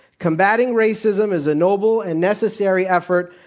combating racism is a noble and necessary effort.